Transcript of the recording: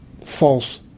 false